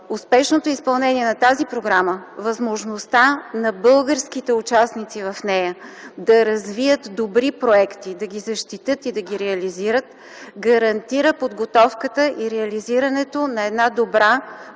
успешното изпълнение на тази програма, възможността на българските участници в нея да развият добри проекти, да ги защитят и да ги реализират гарантира подготовката и реализирането на добра